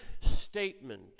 statement